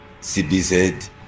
CBZ